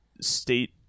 state